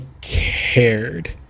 cared